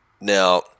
Now